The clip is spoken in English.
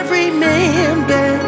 remember